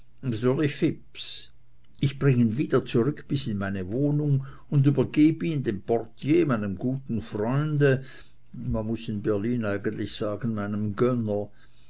ich bring ihn wieder zurück bis in meine wohnung und übergeb ihn dem portier meinem guten freunde man muß in berlin eigentlich sagen meinem gönner